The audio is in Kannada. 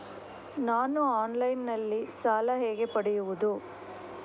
ನಾನು ಆನ್ಲೈನ್ನಲ್ಲಿ ಸಾಲ ಹೇಗೆ ಪಡೆಯುವುದು?